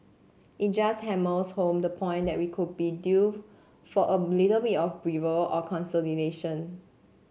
it just hammers home the point that we could be due for a little bit of breather or consolidation